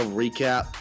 recap